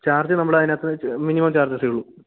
charge നമ്മളതിനകത്ത് minimum ചാർജസേ ഉള്ളൂ